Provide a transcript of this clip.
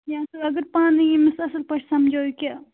کیٚنٛہہ سا اگر پانے ییٚمِس اَصٕل پٲٹھۍ سَمجھو کہِ